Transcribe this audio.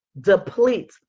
deplete